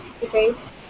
debate